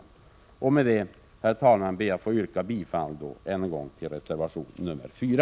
Herr talman! Med detta ber jag att få yrka bifall till reservation 4.